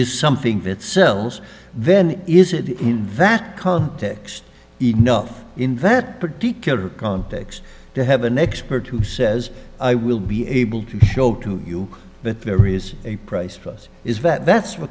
is something that sells then is it in that context enough in that particular context to have an expert who says i will be able to show to you that there is a price for us is vet that's